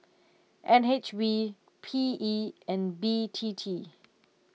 N H B P E and B T T